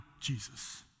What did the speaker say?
Jesus